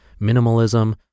minimalism